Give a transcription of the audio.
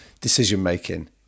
decision-making